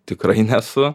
tikrai nesu